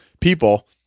people